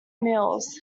mills